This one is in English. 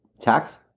tax